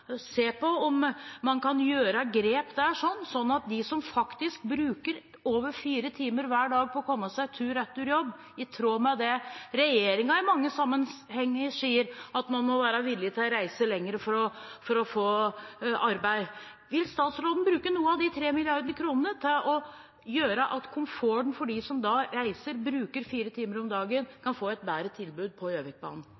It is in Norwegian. se på om man kan ta grep der for dem som hver dag bruker over fire timer tur–retur for å komme seg på jobb – i tråd med det regjeringen sier i mange sammenhenger, at man må være villig til å reise lenger for å få arbeid? Vil statsråden bruke noe av de tre milliarder kronene på å gjøre noe med komforten for dem som reiser og bruker fire timer om dagen,